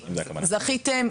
זכיתם,